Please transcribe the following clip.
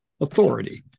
authority